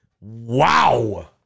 Wow